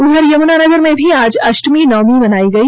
उधर यमुनानगर में भी आज अष्टमी नवमी मनाई गई